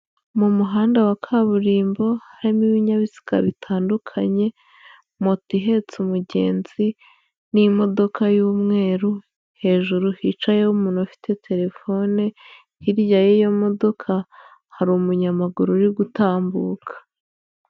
Mu muhanda wa kaburimbo harimo ibinyabiziga bitandukanye, moto ihetse umugenzi n'imodoka y'umweru, hejuru hicayeho umuntu ufite telefone, hirya y'iyo modoka hari umunyamaguru uri gutambuka.